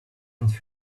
and